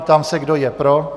Ptám se, kdo je pro?